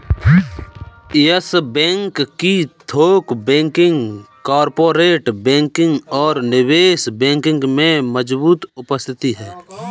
yes Bank की थोक banking, corporate banking और निवेश बैंकिंग में मजबूत उपस्थिति है